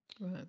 Right